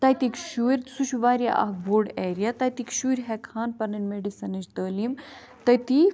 تَتِکۍ شُرۍ سُہ چھُ واریاہ اَکھ بوٚڑ ایریا تَتِکۍ شُرۍ ہیٚکہٕ ہان پَنٕنۍ میٚڈِسَنٕچ تعلیٖم تٔتی